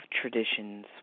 Traditions